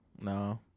No